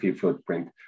footprint